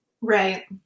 Right